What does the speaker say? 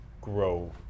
grow